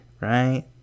right